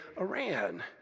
Iran